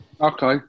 Okay